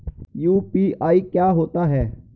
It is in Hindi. यू.पी.आई क्या होता है?